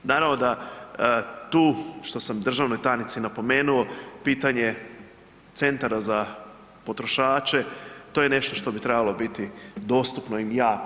Naravno da tu što sam državnoj tajnici napomenuo, pitanje centara za potrošače, to je nešto što bi trebalo biti dostupno im jako.